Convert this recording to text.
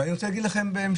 ואני רוצה להגיד לכם בהמשך,